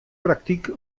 praktyk